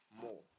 more